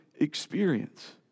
experience